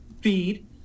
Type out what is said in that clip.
feed